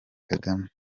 kagame